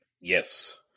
Yes